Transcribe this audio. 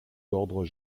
ordres